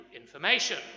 information